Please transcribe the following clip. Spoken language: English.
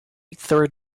third